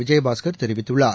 விஜயபாஸ்கர் தெரிவித்துள்ளார்